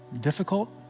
difficult